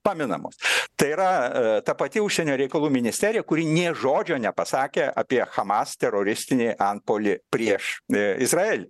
paminamos tai yra ta pati užsienio reikalų ministerija kuri nė žodžio nepasakė apie hamas teroristinį antpuolį prieš izraelį